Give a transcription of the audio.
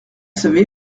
savez